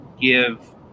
give